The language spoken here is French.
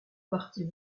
partie